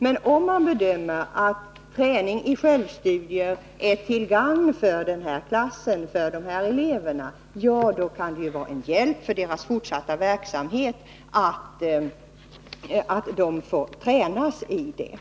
Men om man anser att träning i självstudier är till gagn för eleverna i en klass, då kan det vara en hjälp vid deras fortsatta verksamhet att de får sådan träning.